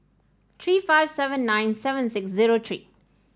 three five seven nine seven six zero three